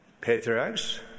Patriarchs